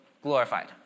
glorified